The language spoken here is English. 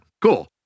cool